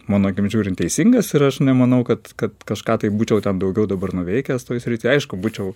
mano akim žiūrint teisingas ir aš nemanau kad kad kažką taip būčiau ten daugiau dabar nuveikęs toj srity aišku būčiau